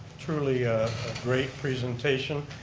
truly a great presentation.